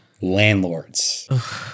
Landlords